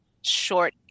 short